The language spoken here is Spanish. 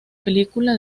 película